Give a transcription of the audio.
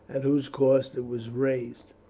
at whose cost it was raised,